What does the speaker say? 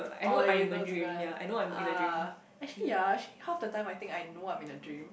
oh like you know it's gonna ah actually ya actually half the time I think I know I'm in a dream